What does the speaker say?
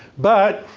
but,